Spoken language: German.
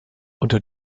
unter